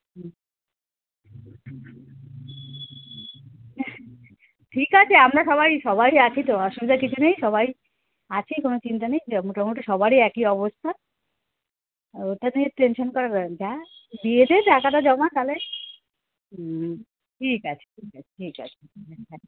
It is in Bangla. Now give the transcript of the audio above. ঠিক আছে আমরা সবাই সবাই আছি তো অসুবিধা কিছু নেই সবাই আছি কোনো চিন্তা নেই জব মোটামুটি সবারই একই অবস্থা ওটা তুই টেনশান করার ব্যাপার না দিয়ে দে টাকাটা জমা তাহলে হুম ঠিক আছে ঠিক আছে ঠিক আছে হুম হ্যাঁ